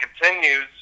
continues